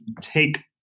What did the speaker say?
take